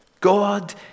God